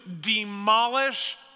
demolish